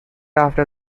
after